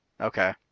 Okay